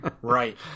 right